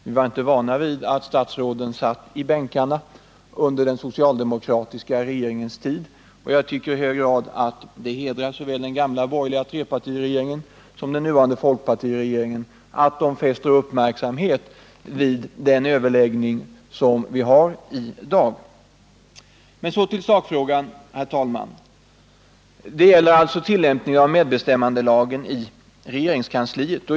Vi var inte vana vid att statsråden satt i bänkarna under den socialdemokratiska regeringens tid, och jag tycker att det i hög grad hedrar såväl den tidigare trepartiregeringen som den nuvarande folkpartiregeringen att den fäster avseende vid dagens överläggning. Så till sakfrågan, herr talman! Frågan gäller alltså tillämpningen av medbestämmandelagen i regeringskansliet.